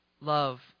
love